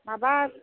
माबा